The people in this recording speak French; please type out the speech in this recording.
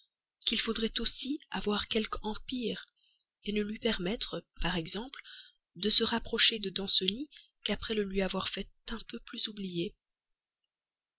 qu'il faudrait aussi avoir quelque empire ne lui permettre par exemple de se rapprocher de danceny qu'après le lui avoir fait un peu plus oublier